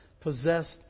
possessed